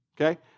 okay